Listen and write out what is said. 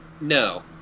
No